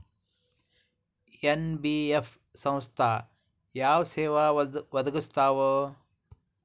NBF ಸಂಸ್ಥಾ ಯಾವ ಸೇವಾ ಒದಗಿಸ್ತಾವ?